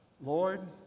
Lord